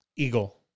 Eagle